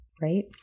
right